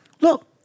Look